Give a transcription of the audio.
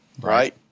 right